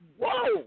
whoa